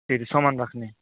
फेरि सामान राख्ने